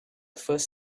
first